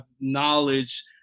knowledge